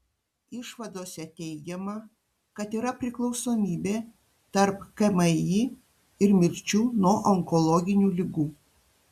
išvadose teigiama kad yra priklausomybė tarp kmi ir mirčių nuo onkologinių ligų